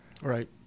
Right